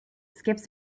skips